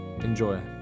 Enjoy